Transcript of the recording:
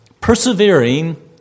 Persevering